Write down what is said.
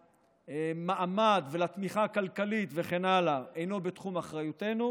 ולמעמד ולתמיכה הכלכלית וכן הלאה אינו בתחום אחריותנו,